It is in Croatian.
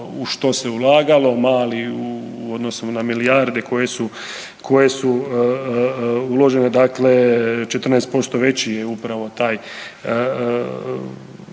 u što se ulagalo, mali u odnosu na milijarde koje su, koje su uložene, dakle 14% veći je upravo taj